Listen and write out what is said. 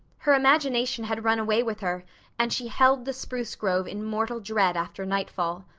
her imagination had run away with her and she held the spruce grove in mortal dread after nightfall.